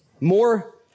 more